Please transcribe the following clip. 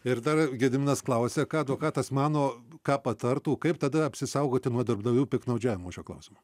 ir dar gediminas klausia ką advokatas mano ką patartų kaip tada apsisaugoti nuo darbdavių piktnaudžiavimo šiuo klausimu